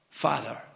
Father